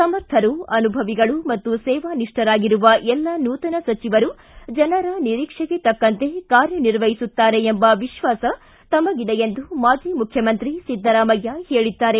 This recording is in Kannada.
ಸಮರ್ಥರು ಅನುಭವಿಗಳು ಮತ್ತು ಸೇವಾನಿಷ್ಠರಾಗಿರುವ ಎಲ್ಲ ನೂತನ ಸಚಿವರು ಜನರ ನಿರೀಕ್ಷೆಗೆ ತಕ್ಕಂತೆ ಕಾರ್ಯನಿರ್ವಹಿಸುತ್ತಾರೆ ಎಂಬ ವಿಶ್ವಾಸ ತಮಗಿದೆ ಎಂದು ಮಾಜಿ ಮುಖ್ಯಮಂತ್ರಿ ಸಿದ್ದರಾಮಯ್ಯ ಹೇಳಿದ್ದಾರೆ